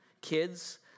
Kids